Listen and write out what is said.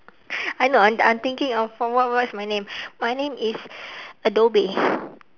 I know and I'm I'm thinking of for what what's my name my name is adobe